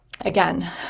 again